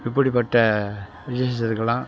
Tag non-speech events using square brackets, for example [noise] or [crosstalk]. இப்படிப்பட்ட [unintelligible]